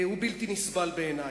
הוא בלתי נסבל בעיני.